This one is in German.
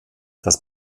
das